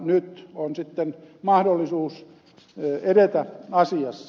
nyt on sitten mahdollisuus edetä asiassa